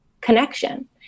connection